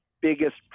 biggest